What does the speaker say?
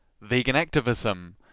Vegan-activism